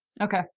Okay